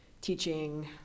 teaching